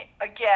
again